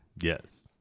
Yes